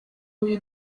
uyu